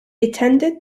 attended